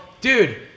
dude